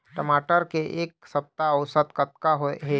टमाटर के एक सप्ता औसत कतका हे?